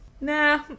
Nah